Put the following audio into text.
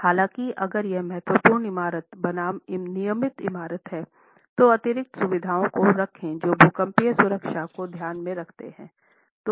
हालांकि अगर यह महत्वपूर्ण इमारत बनाम नियमित इमारत है तो अतिरिक्त सुविधाओं को रखें जो भूकम्पीय सुरक्षा को ध्यान में रखते हैं